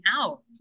out